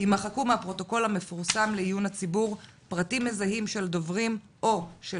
יימחקו מהפרוטוקול המפורסם לעיון הציבור פרטים מזהים של דוברים או של